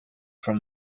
from